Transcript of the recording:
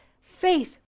faith